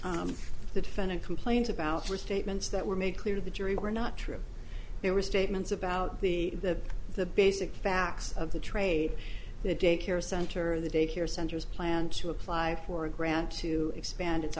the defendant complains about are statements that were made clear to the jury were not true they were statements about the the the basic facts of the trade the daycare center the daycare centers planned to apply for a grant to expand it